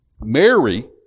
Mary